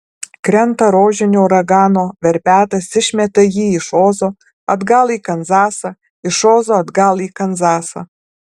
krenta rožinio uragano verpetas išmeta jį iš ozo atgal į kanzasą iš ozo atgal į kanzasą